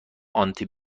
آنتی